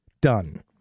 done